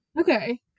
Okay